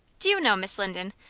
do you know, miss linden,